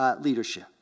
leadership